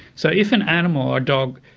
so if an animal, a dog,